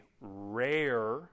rare